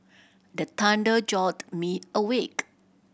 the thunder jolt me awake